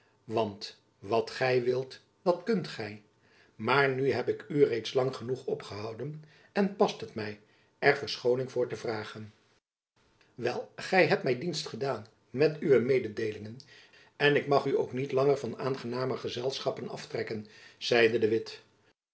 want wat gy wilt dat kunt gy maar nu heb ik u reeds lang genoeg opgehouden en het past my er verschooning voor te vragen wel gy hebt my dienst gedaan met uwe mededeelingen en ik mag u ook niet langer van aangenamer gezelschappen aftrekken zeide de witt